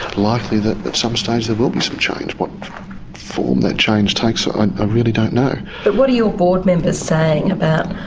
likely that at some stage there will be some change. what form that change takes ah i really don't know. but what are your board members saying about